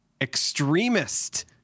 Extremist